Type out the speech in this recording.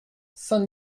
saint